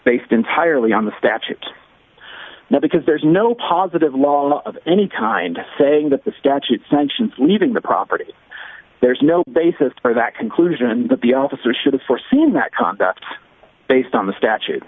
based entirely on the statute no because there's no positive law of any kind saying that the statute sanctions leaving the property there's no basis for that conclusion d that the officer should have foreseen that conduct based on the statute